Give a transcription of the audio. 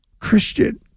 Christian